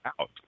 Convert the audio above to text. out